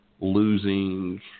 losing